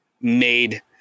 made